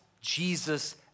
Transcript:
Jesus